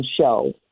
show